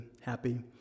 happy